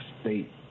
state